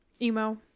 Emo